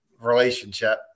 relationship